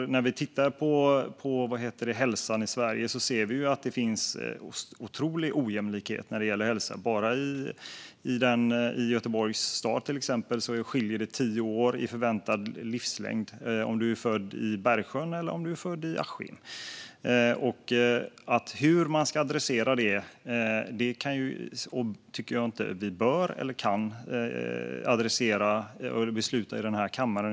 När vi tittar på hälsan i Sverige ser vi att det finns en otroligt stor ojämlikhet. Bara i Göteborgs stad, till exempel, skiljer det tio år i förväntad livslängd beroende på om du är född i Bergsjön eller i Askim. Hur man ska adressera detta tycker jag inte att vi vare sig bör eller kan besluta om i den här kammaren.